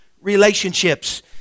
relationships